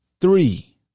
Three